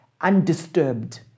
Undisturbed